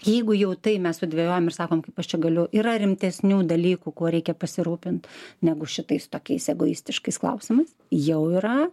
jeigu jau tai mes sudvejojom ir sakom kaip aš čia galiu yra rimtesnių dalykų kuo reikia pasirūpint negu šitais tokiais egoistiškais klausimas jau yra